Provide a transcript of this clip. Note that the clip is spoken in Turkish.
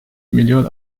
milyon